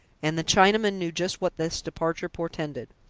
and the chinaman knew just what this departure portended.